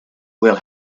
will